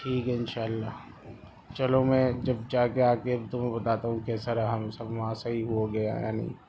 ٹھیک ہے ان شااللہ چلو میں جب جا کے آ کے تم کو بتاتا ہوں کیسا رہا ہم سب وہاں صحیح ہو گیا یا نہیں